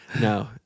No